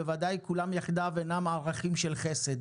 בוודאי כולם יחדיו אינם ערכים של חסד